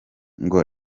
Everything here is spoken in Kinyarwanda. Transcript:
ngo